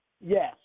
Yes